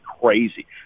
crazy